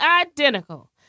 identical